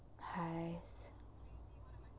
hi